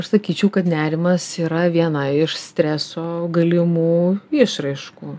aš sakyčiau kad nerimas yra viena iš streso galimų išraiškų